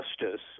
justice